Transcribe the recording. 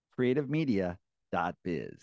creativemedia.biz